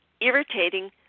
irritating